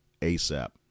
ASAP